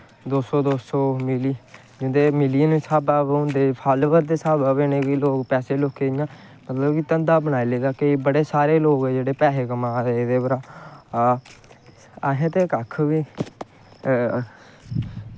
दो सौ दो सौ मिलियन स्हाबा पर होंदे फालोवर दे स्हाबा कन्नै पैसे लोकें गी कि धंधा बनाई लेदा बड़े सारे लोग पैहा कमा दे एह्दे परा दा असें ते कक्ख बी